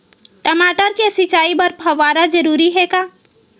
टमाटर के सिंचाई बर फव्वारा जरूरी हे का?